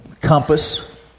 compass